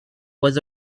was